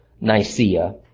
Nicaea